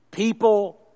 People